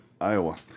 Iowa